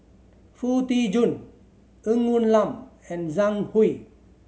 Foo Tee Jun Ng Woon Lam and Zhang Hui